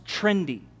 trendy